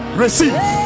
receive